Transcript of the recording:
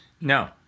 No